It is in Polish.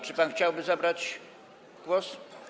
Czy pan chciałby zabrać głos?